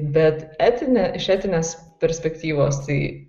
bet etine iš etinės perspektyvos tai